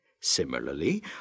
Similarly